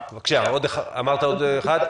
אמרת עוד אחד?